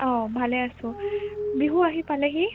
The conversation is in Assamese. ভালে আছোঁ বিহু আহি পালেহি